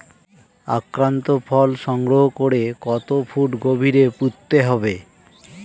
আক্রান্ত ফল সংগ্রহ করে কত ফুট গভীরে পুঁততে হবে?